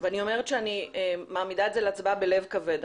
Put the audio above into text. ואני אומרת שאני מעמידה את זה להצבעה בלב כבד,